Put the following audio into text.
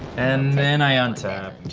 and then i untap.